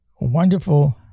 wonderful